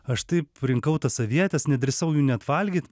aš taip rinkau tas avietes nedrįsau jų net valgyt